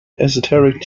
esoteric